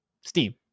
Steam